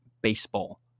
baseball